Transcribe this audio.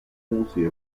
forty